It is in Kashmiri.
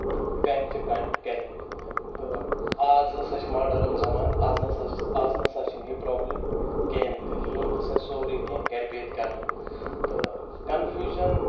بینک چہِ کامہِ کرنہِ تہٕ آز ہسا چھُ موڈٲرٔن زَمانہٕ آز نہ ہسا آز نہٕ ہَسا چھُنہٕ یہِ پروبلِم کِہیںۍ تہِ لوٗکھ ہسا چھِ سورُے کیٚنہہ گرِ بِہتھ کران تہٕ کَنفیوٗجن